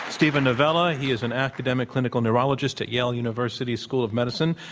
steven novella. he is an academic clinical neurologist at yale university school of medicine,